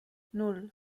nan